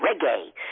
reggae